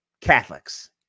Catholics